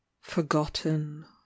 forgotten